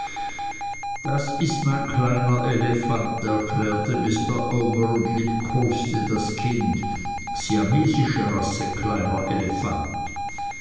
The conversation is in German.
das ist mein kleiner elefant erklärte mr omer und liebkoste das kind siamesische rasse kleiner elefant